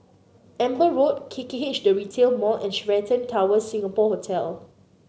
Amber Road K K H The Retail Mall and Sheraton Towers Singapore Hotel